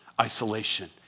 isolation